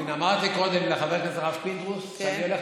אמרתי קודם לחבר הכנסת הרב פינדרוס שאני הולך